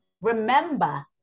Remember